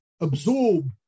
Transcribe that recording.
absorb